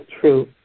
true